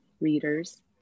readers